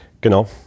genau